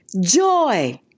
joy